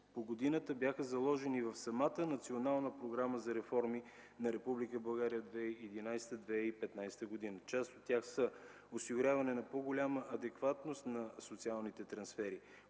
по годината бяха заложени в самата Национална програма за реформи на Република България 2011-2015 г. Част от тях са за осигуряване на по-голяма адекватност на социалните трансфери,